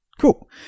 cool